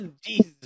Jesus